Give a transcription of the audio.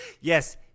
Yes